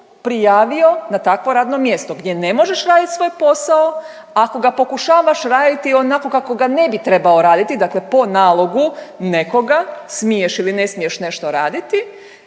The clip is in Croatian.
prijavio na takvo radno mjesto gdje ne možeš raditi svoj posao. Ako ga pokušavaš raditi onako kako ga ne bi trebao raditi, dakle po nalogu nekoga smiješ ili ne smiješ nešto raditi,